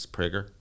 Prager